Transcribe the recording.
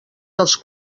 dels